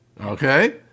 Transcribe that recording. Okay